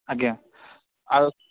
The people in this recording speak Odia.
ଆଜ୍ଞା ଆଉ